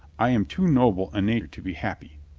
i am too noble a nature to be happy.